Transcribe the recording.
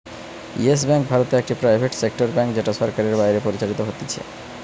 yes Bank ভারতে একটি private sector bank যেটা সরকারের বাইরে পরিচালিত হতিছে